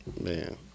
Man